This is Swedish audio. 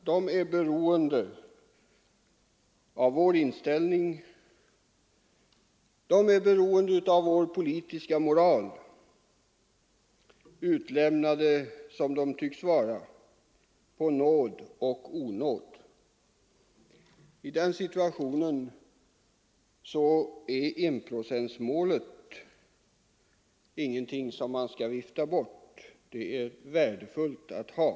De är beroende av vår inställning, av vår politiska moral, utlämnade som de tycks vara på nåd och onåd. I den situationen är enprocentsmålet ingenting som man skall vifta bort; det är värdefullt att ha.